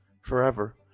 forever